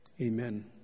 Amen